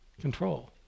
Control